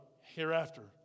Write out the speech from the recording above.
hereafter